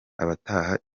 abataha